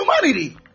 humanity